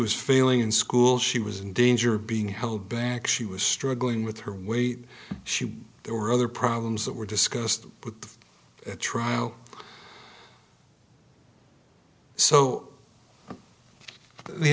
was failing in school she was in danger of being held back she was struggling with her weight she there were other problems that were discussed with the trial so the